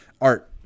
art